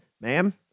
ma'am